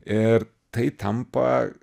ir tai tampa